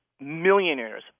millionaires